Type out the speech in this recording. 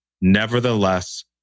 Nevertheless